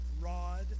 rod